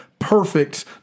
perfect